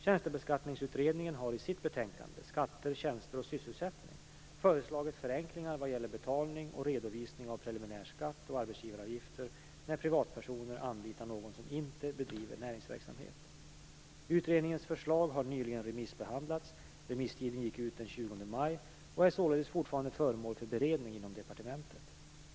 Tjänstebeskattningsutredningen har i sitt betänkande Skatter, tjänster och sysselsättning föreslagit förenklingar vad gäller betalning och redovisning av preliminär skatt och arbetsgivaravgifter när privatpersoner anlitar någon som inte driver näringsverksamhet. Utredningens förslag har nyligen remissbehandlats - remisstiden gick ut den 20 maj - och är således fortfarande föremål för beredning inom departementet.